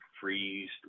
freeze